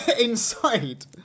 Inside